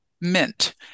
mint